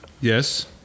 Yes